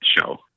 show